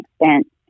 extent